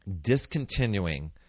discontinuing